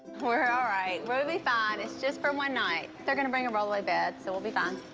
we're all right. but we'll be fine. it's just for one night. they're gonna bring a roll-away bed, so we'll be fine.